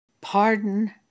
Pardon